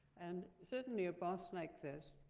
and certainly a bust like this,